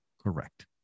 correct